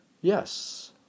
Yes